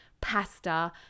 pasta